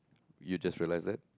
you just realise that